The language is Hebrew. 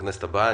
בכנסת הבאה.